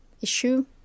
issue